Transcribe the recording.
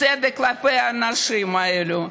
צדק כלפי האנשים האלה.